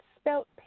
spelt